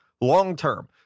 long-term